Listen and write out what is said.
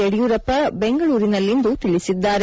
ಯಡಿಯೂರಪ್ಪ ಬೆಂಗಳೂರಿನಲ್ಲಿಂದು ತಿಳಿಸಿದ್ದಾರೆ